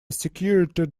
security